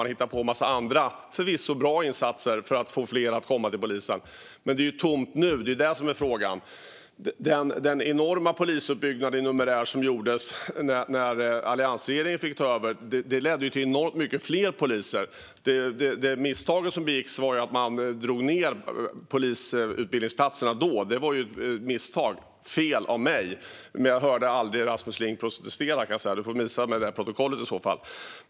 Man hittar på en massa andra, förvisso bra, insatser för att få fler att komma till polisen, men det är tomt nu. Det är det som är frågan. Den enorma polisuppbyggnad som gjordes när alliansregeringen fick ta över ledde till enormt mycket fler poliser. Det misstag som begicks var att man då drog ned på polisutbildningsplatserna. Det var ett misstag. Det var fel av mig. Men jag hörde aldrig Rasmus Ling protestera, kan jag säga. Du får visa mig det protokollet i så fall.